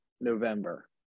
November